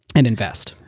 and invest.